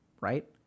right